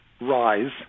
rise